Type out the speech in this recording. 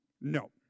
No